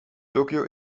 tokio